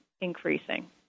increasing